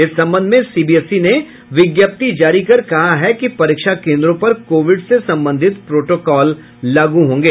इस संबंध में सीबीएसई ने विज्ञप्ति जारी कर कहा है कि परीक्षा केंद्रों पर कोविड से संबंधित प्रोटोकॉल लागू होंगे